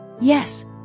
Yes